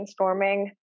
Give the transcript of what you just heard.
brainstorming